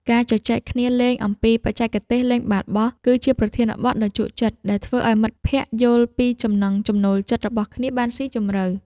ការជជែកគ្នាលេងអំពីបច្ចេកទេសលេងបាល់បោះ គឺជាប្រធានបទដ៏ជក់ចិត្តដែលធ្វើឱ្យមិត្តភក្តិយល់ពីចំណង់ចំណូលចិត្តរបស់គ្នាបានស៊ីជម្រៅ។